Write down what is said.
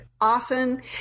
often